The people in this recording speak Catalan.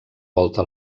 volta